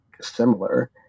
similar